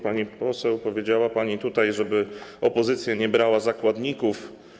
Pani poseł, powiedziała pani tutaj, żeby opozycja nie brała zakładników.